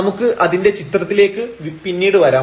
നമുക്ക് അതിന്റെ ചിത്രത്തിലേക്ക് പിന്നീട് വരാം